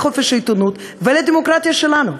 לחופש העיתונות ולדמוקרטיה שלנו.